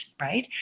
right